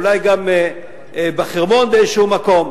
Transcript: ואולי גם בחרמון באיזה מקום.